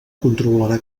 controlarà